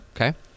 Okay